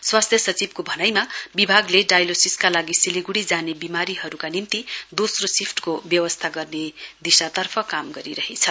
स्वास्थ्य सचिवको भनाईमा विभागले डायलेसिसका लागि सिलीगुडी जाने विमारीहरूका निम्ति दोस्रो शिफ्टको व्यवस्था गर्ने दिशातर्फ काम गरिरहेछ